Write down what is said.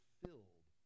filled